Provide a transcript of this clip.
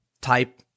type